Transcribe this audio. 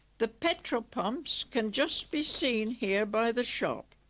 the petrol pumps can just be seen here by the shop.